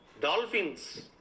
dolphins